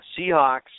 Seahawks